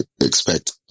expect